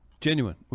Genuine